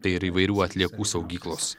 tai ir įvairių atliekų saugyklos